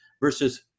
versus